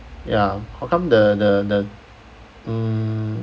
ya how come the the the mm